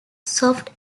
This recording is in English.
soft